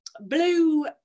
Blue